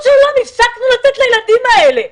הפסקנו לתת את זה לילדים האלה.